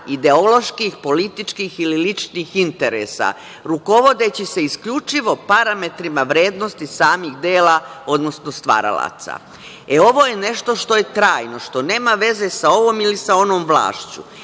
ideoloških, političkih ili ličnih interesa, rukovodeći se isključivo parametrima vrednosti samih dela, odnosno stvaralaca. E, ovo je nešto što je trajno, što nema veze sa ovom ili onom vlašću. Na